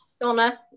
Donna